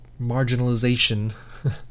marginalization